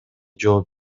жооп